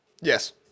Yes